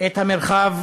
את המרחב